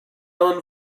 own